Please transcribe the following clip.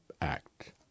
Act